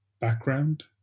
background